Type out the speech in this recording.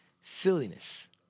silliness